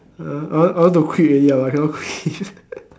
I want I want to quit already but I cannot quit